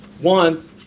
One